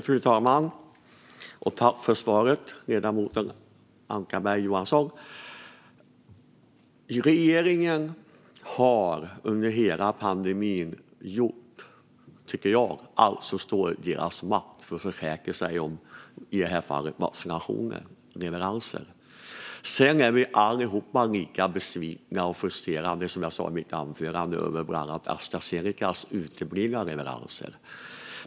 Fru talman! Regeringen har under hela pandemin gjort allt som står i deras makt för att försäkra sig om vaccinleveranserna. Som jag sa i mitt huvudanförande är vi alla lika besvikna och frustrerade över bland annat Astra Zenecas uteblivna leveranser.